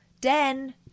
den